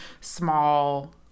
small